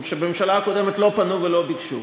בממשלה הקודמת לא פנו ולא ביקשו,